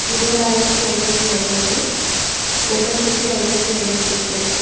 இருபதாயிரத்தி ஐநூற்றி ஐம்பது ஒரு லட்சத்தி ஐநூற்றி ஐம்பத்தெட்டு